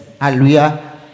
Hallelujah